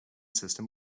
system